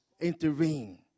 intervene